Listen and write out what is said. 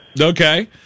Okay